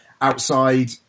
outside